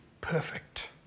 perfect